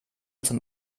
zum